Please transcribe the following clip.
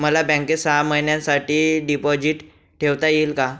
मला बँकेत सहा महिन्यांसाठी डिपॉझिट ठेवता येईल का?